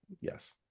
yes